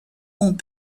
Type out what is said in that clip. ont